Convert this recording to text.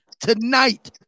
tonight